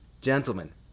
gentlemen